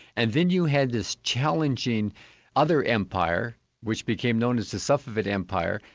and then you had this challenging other empire which became known as the safavid empire,